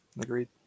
agreed